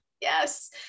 Yes